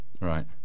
Right